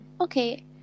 Okay